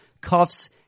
cuffs